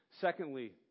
Secondly